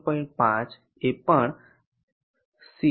5 એ પણ C0